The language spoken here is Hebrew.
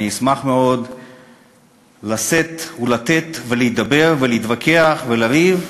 אני אשמח מאוד לשאת ולתת, ולהידבר ולהתווכח ולריב,